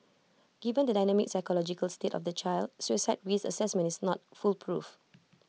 given the dynamic psychological state of the child suicide risk Assessment is not foolproof